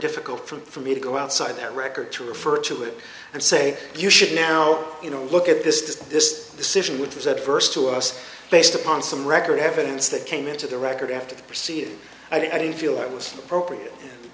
difficult for me to go outside their record to refer to it and say you should now you know look at this this decision which was at first to us based upon some record evidence that came into the record after the proceed i didn't feel that was appropriate